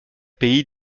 pays